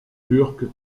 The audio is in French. turcs